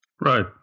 Right